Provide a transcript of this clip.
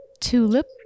Tulip